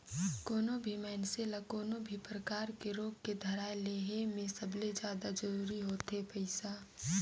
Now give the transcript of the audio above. कोनो भी मइनसे ल कोनो भी परकार के रोग के धराए ले हे में सबले जादा जरूरी होथे पइसा